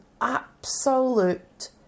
absolute